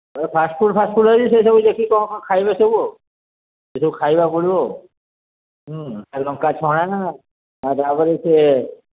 first food fast food ଏଇ ସେସବୁ ଦେଖିକି କ'ଣ କ'ଣ ଖାଇବେ ସବୁ ସେସବୁ ଖାଇବା ପଡ଼ିବ ହୁଁ ଲଙ୍କା ଛଣା ତା'ପରେ ସେ